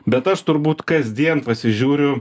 bet aš turbūt kasdien pasižiūriu